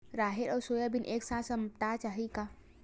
राहेर अउ सोयाबीन एक साथ सप्ता चाही का?